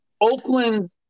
Oakland